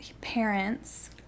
parents